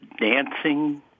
dancing